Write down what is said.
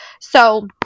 So-